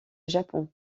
japon